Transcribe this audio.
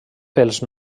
pels